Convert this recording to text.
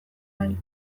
nahi